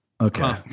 okay